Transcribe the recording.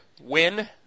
win